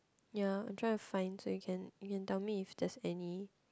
ya I'm trying to find so you can you can tell me if there's any